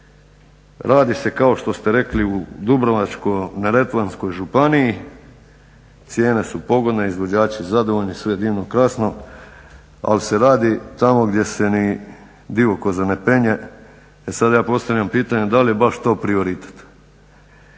radi se kao što ste rekli u Dubrovačko-neretvanskoj županiji, cijene su pogodne, izvođači zadovoljni, sve divno i krasno, ali se radi tamo gdje se ni divokoze ne penje. E sad ja postavljam pitanje da li je baš to prioritet.